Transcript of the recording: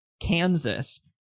Kansas